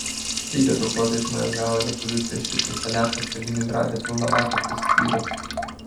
špygą taukuotą iš manęs gavo lietuviai plėšikai saliarkos kaliningrade pilną baką prisipyliau